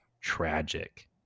tragic